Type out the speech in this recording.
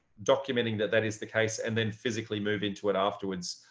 documenting that that is the case and then physically move into it afterwards.